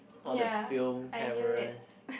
ya I knew it